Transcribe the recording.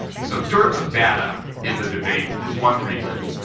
so dearth of data in the debate is one reason.